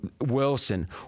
Wilson